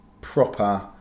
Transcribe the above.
proper